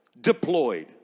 deployed